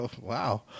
Wow